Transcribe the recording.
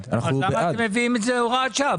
למה אתם מביאים את זה כהוראת שעה?